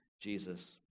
Jesus